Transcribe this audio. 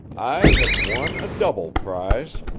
i have won a double prize,